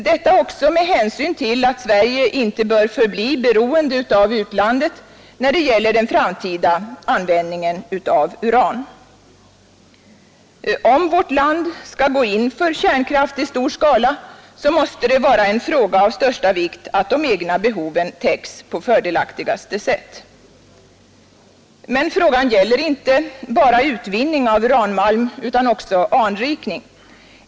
Detta också med hänsyn till att Sverige inte bör förbli beroende av utlandet när det gäller den framtida användningen av uran. Om vårt land skall gå in för kärnkraft i stor skala, måste det vara en fråga av största vikt att de egna behoven täcks på fördelaktigaste sätt. Men frågan gäller inte bara utvinning av uranmalm utan också anrikning.